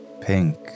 pink